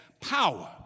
power